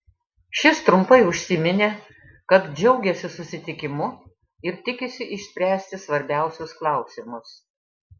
šis trumpai užsiminė kad džiaugiasi susitikimu ir tikisi išspręsti svarbiausius klausimus